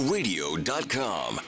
Radio.com